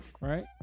right